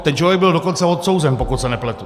Ten člověk byl dokonce odsouzen, pokud se nepletu.